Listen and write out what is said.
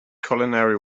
culinary